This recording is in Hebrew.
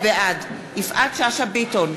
בעד יפעת שאשא ביטון,